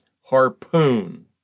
Harpoon